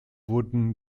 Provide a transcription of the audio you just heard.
wurden